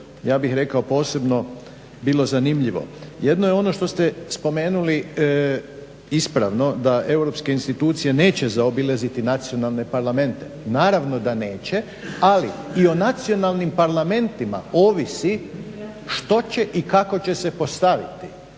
ja bih rekao posebno bilo zanimljivo. Jedno je ono što ste spomenuli ispravno da europske institucije neće zaobilaziti nacionalne parlamente. Naravno da neće, ali i o nacionalnim parlamentima ovisi što će i kako će se postaviti.